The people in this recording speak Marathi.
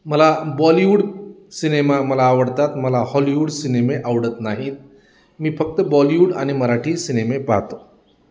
मला बॉलिवूड सिनेमा मला आवडतात मला हॉलिवूड सिनेमे आवडत नाहीत मी फक्त बॉलिवूड आणि मराठी सिनेमे पाहतो